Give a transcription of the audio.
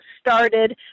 started